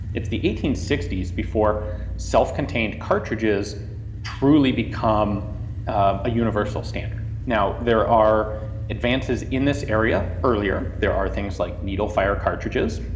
it's the eighteen sixty s before self-contained cartridges truly become a universal standard. now, there are advances in this area earlier, there are things like needle fire cartridges,